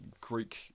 Greek